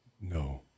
no